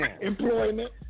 Employment